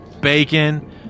Bacon